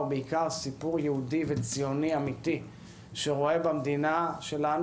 סיפור יהודי וציוני אמיתי שרואה במדינה שלנו,